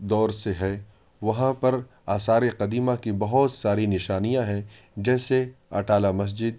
دور سے ہے وہاں پر آثار قدیمہ کی بہت ساری نشانیاں ہیں جیسے اٹالہ مسجد